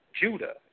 Judah